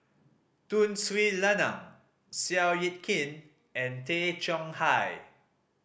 Tun Sri Lanang Seow Yit Kin and Tay Chong Hai